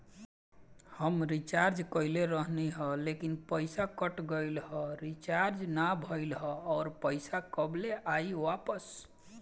हम रीचार्ज कईले रहनी ह लेकिन पईसा कट गएल ह रीचार्ज ना भइल ह और पईसा कब ले आईवापस?